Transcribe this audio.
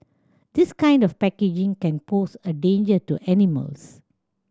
this kind of packaging can pose a danger to animals